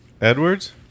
Edwards